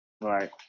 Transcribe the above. right